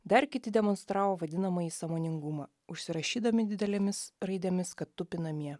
dar kiti demonstravo vadinamąjį sąmoningumą užsirašydami didelėmis raidėmis kad tupi namie